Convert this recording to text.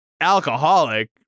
alcoholic